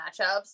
matchups